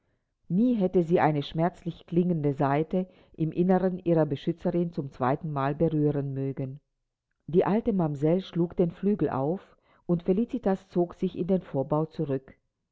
nie hätte sie eine schmerzlich klingende saite im innern ihrer beschützerin zum zweitenmal berühren mögen die alte mamsell schlug den flügel auf und felicitas zog sich in den vorbau zurück